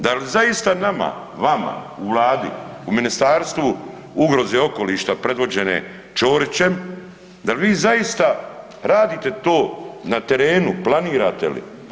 Dal zaista nama, vama, u Vladi, u Ministarstvu ugroze okoliša predvođene Čorićem, da li vi zaista radite to na terenu, planirate li?